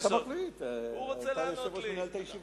מה שאתה מחליט, אתה מנהל את הישיבה.